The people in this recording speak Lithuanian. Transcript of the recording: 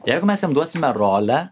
jeigu mes jam duosime rolę